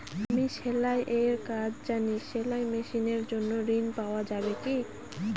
আমি সেলাই এর কাজ জানি সেলাই মেশিনের জন্য ঋণ পাওয়া যাবে কি?